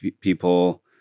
people